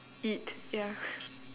eat ya